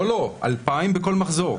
לא, 2,000 בכל מחזור.